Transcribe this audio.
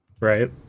Right